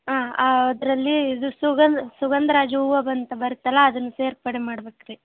ಹಾಂ ಅದರಲ್ಲಿ ಇದು ಸುಗಂಧ ಸುಗಂಧ ರಾಜ ಹೂವು ಬಂದು ಬರುತ್ತಲ್ಲ ಅದನ್ನ ಸೇರ್ಪಡೆ ಮಾಡ್ಬೇಕು ರೀ